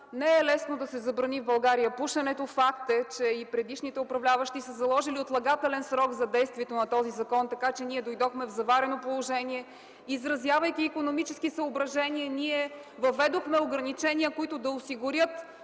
Не е лесно да се забрани в България пушенето. Факт е, че и предишните управляващи са заложили отлагателен срок за действието на този закон, така че ние дойдохме в заварено положение. Изразявайки икономически съображения, въведохме ограничения, които да осигурят